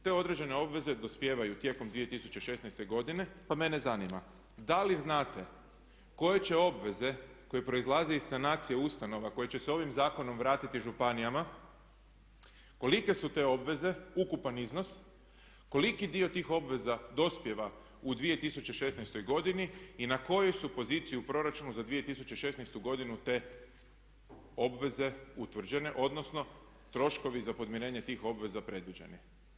Te određene obveze dospijevaju tijekom 2016. godine pa mene zanima da li znate koje će obveze koje proizlaze iz sanacije ustanova koje će se ovim zakonom vratiti županijama, kolike su te obveze, ukupan iznos, koliki dio tih obveza dospijeva u 2016. godini i na kojoj su poziciji u proračunu za 2016. godinu te obveze utvrđene, odnosno troškovi za podmirenje tih obveza predviđeni?